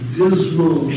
dismal